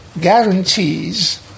guarantees